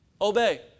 Obey